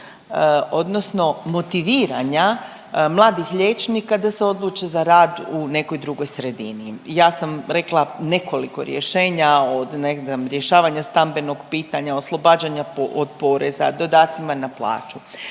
odnosno motiviranja mladih liječnika da se odluče za rad u nekoj drugoj sredini. Ja sam rekla nekoliko rješenja, od ne znam rješavanja stambenog pitanja, oslobađanja od poreza, dodacima na plaću,